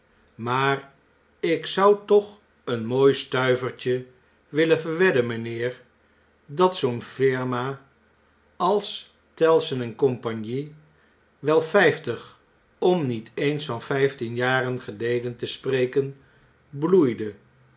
maar ik zon toch een mooi stuivertje willen verwedden mpheer dat zoo'n firma als tellson en compagnie wel vnftig om niet eens van vjjftien jaren geleden te spreken bloeide